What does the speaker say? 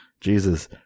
Jesus